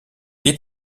est